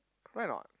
right or not